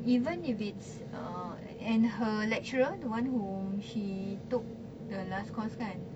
even if it's uh and her lecturer one whom she took the last course kan